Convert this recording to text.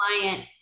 client